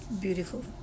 beautiful